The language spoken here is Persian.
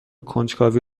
کنجکاوی